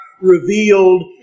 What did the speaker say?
revealed